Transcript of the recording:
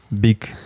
big